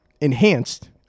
enhanced